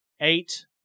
eight